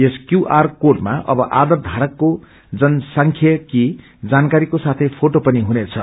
यस Q R कोडमा अब आधार धरकको जनसंख्यिकीय जानकारीको साथै फोटो पनि हुनेछ